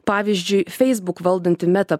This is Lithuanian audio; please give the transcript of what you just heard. pavyzdžiui feisbuk valdanti meta